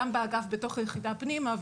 גם באגף בתוך היחידה פנימה,